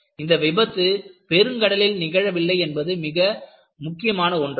இந்த விபத்து பெருங்கடலில் நிகழவில்லை என்பது மிக முக்கியமான ஒன்றாகும்